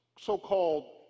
so-called